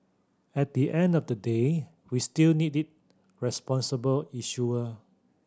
at the end of the day we still need a responsible issuer